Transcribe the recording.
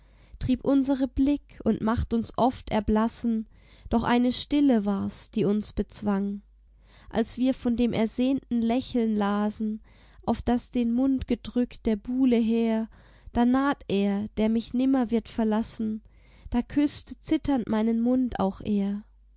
trieb unsere blick und macht uns oft erblassen doch eine stille war's die uns bezwang als wir von dem ersehnten lächeln lasen auf das den mund gedrückt der buhle hehr da naht er der mich nimmer wird verlassen da küßte zitternd meinen mund auch er